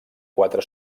quatre